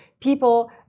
people